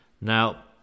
Now